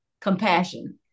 compassion